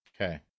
Okay